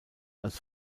als